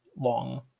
long